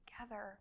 together